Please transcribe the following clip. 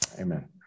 Amen